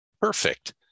Perfect